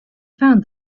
found